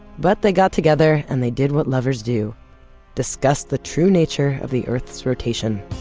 but they got together, and they did what lovers do discuss the true nature of the earth's rotation